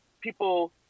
people